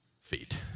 feet